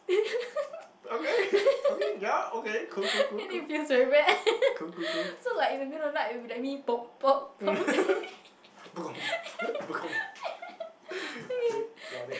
and it feels very wet so like in the middle of the night it'll be like me pop pop pop okay